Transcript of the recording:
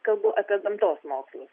kalbu apie gamtos mokslus